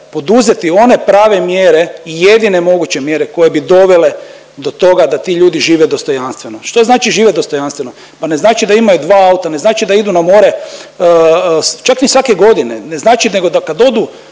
poduzeti one prave mjere i jedine moguće mjere koje bi dovele do toga da ljudi žive dostojanstveno. Što znači živjet dostojanstveno? Pa ne znači da imaju dva auta, ne znači da idu na more čak ni svake godine, ne znači nego da kad odu